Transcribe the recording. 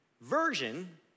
version